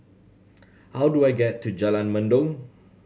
how do I get to Jalan Mendong